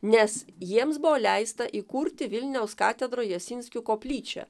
nes jiems buvo leista įkurti vilniaus katedroj jasinskių koplyčią